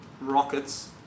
Rockets